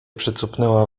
przycupnęła